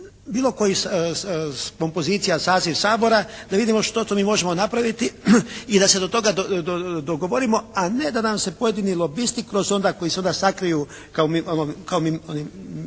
bilo koji kompozicija, saziv Sabora da vidimo što to mi možemo napraviti? I da se do toga dogovorimo, a ne da nam se pojedini lobisti kroz onda, koji se onda sakriju kao čista